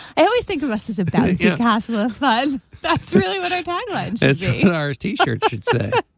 i always think of us as if that is yeah like ah so ah ah possible. that's really what our dog guides as far as t shirt should say